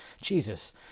Jesus